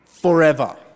forever